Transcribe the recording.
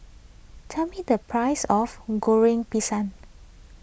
tell me the price of Goreng Pisang